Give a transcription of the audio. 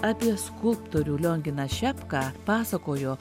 apie skulptorių lionginą šepką pasakojo